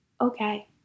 okay